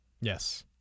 Yes